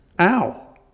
ow